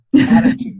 attitude